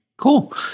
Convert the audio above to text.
Cool